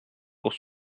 pour